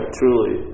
truly